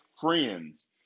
friends